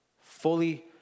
fully